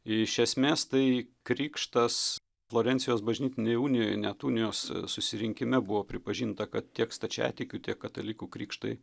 iš esmės tai krikštas florencijos bažnytinėj unijoj net unijos susirinkime buvo pripažinta kad tiek stačiatikių tiek katalikų krikštai